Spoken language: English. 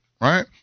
right